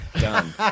Done